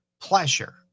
pleasure